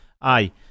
Aye